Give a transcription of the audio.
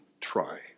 try